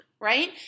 right